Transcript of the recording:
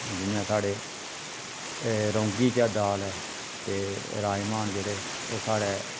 जि'यां स्हाड़े रौंगी जां दाल ऐ ते राजमा न जेह्ड़े ओह् स्हाड़े